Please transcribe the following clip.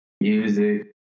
music